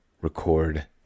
record